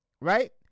Right